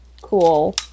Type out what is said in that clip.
cool